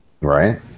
right